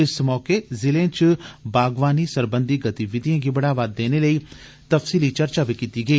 इस मोके ज़िलें च बागवानी सरबंधी गतिविधिएं गी बढ़ावा देने लेई तफसीली चर्चा कीती गेई